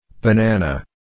banana